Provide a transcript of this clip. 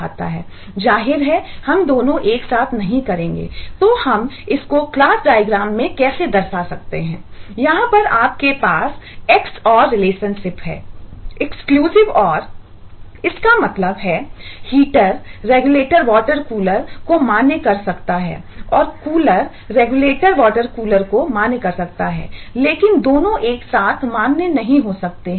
नीला हिस्सा कूलिंग को मान्य कर सकता लेकिन दोनों एक साथ मान्य नहीं हो सकते